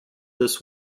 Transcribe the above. this